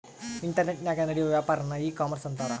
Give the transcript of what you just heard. ಇಂಟರ್ನೆಟನಾಗ ನಡಿಯೋ ವ್ಯಾಪಾರನ್ನ ಈ ಕಾಮರ್ಷ ಅಂತಾರ